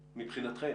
מבחינתכם?